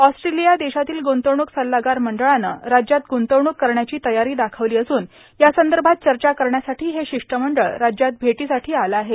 ऑस्ट्र्र्रोलया देशातील ग्रंतवणूक सल्लागार मंडळानं राज्यात ग्रंतवणूक करण्याची तयारी दार्खावलां असून यासंदभात चचा करण्यासाठी हे शिष्टमंडळ राज्यात भेटांसाठी आलं आहे